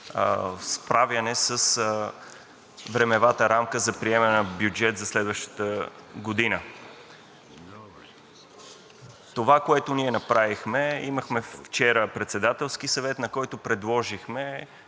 за справяне с времевата рамка за приемане на бюджет за следващата година. Това, което ние направихме, имахме вчера Председателски съвет, на който предложихме